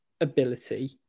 ability